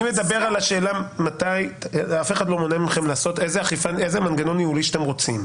אף אחד לא מונע מכם לעשות איזה מנגנון ניהולי שאתם רוצים.